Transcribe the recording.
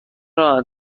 راننده